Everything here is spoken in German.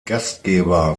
gastgeber